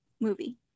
movie